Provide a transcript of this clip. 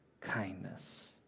kindness